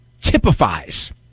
typifies